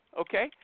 okay